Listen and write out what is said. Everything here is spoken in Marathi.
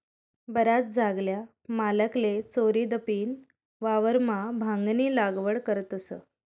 बराच जागल्या मालकले चोरीदपीन वावरमा भांगनी लागवड करतस